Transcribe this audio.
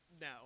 No